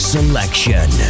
Selection